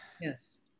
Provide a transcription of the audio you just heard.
Yes